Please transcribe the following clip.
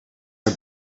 are